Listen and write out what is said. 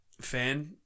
fan